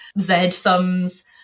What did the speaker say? Z-thumbs